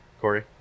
Corey